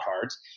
cards